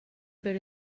per